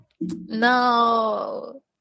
no